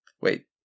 Wait